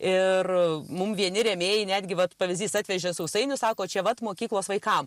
ir mum vieni rėmėjai netgi vat pavyzdys atvežė sausainių sako čia pat mokyklos vaikam